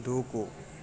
దూకు